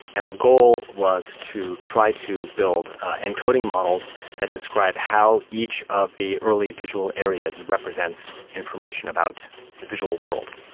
and the goal was to try to build encoding models that describe how each of the early visual areas represents information about the visual world.